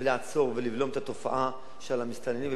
ולעצור ולבלום את התופעה של המסתננים,